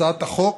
הצעת החוק